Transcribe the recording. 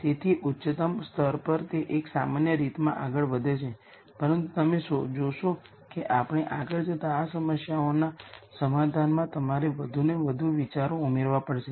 તેથી ઉચ્ચતમ સ્તર પર તે એક સામાન્ય રીતમાં આગળ વધે છે પરંતુ તમે જોશો કે આપણે આગળ જતા આ સમસ્યાઓના સમાધાનમાં તમારે વધુને વધુ વિચારો ઉમેરવા પડશે